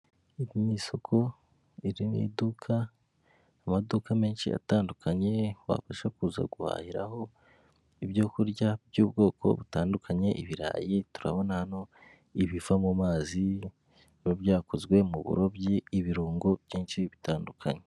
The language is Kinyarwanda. Ni isoko, iri ni iduka, amaduka menshi atandukanye wabasha kuza guhahiraho ibyo kurya by'ubwoko butandukanye ibirayi, turabona hano ibiva mu mazi biba byakozwe mu burobyi, ibirungo byinshi bitandukanye.